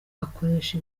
bakoresha